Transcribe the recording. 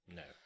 no